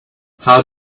how